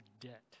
debt